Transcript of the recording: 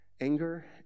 Anger